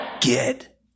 Get